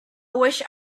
wished